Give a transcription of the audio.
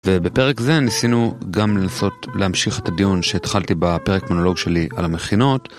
ובפרק זה ניסינו גם לנסות להמשיך את הדיון שהתחלתי בפרק מונולוג שלי על המכינות.